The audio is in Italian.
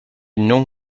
non